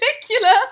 particular